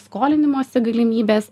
skolinimosi galimybes